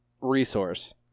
resource